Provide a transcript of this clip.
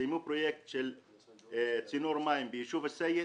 סיימנו פרויקט של צינור מים ביישוב אסייד,